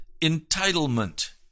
entitlement